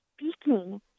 speaking